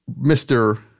Mr